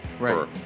right